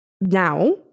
now